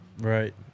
right